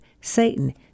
Satan